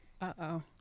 Uh-oh